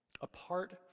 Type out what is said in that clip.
Apart